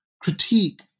critique